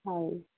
ହଉ